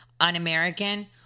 Un-American